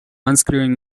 unscrewing